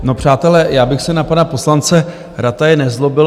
No přátelé, já bych se na pana poslance Rataje nezlobil.